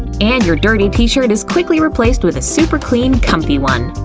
and your dirty t-shirt is quickly replaced with a super clean, comfy one.